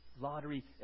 lottery